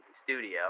studio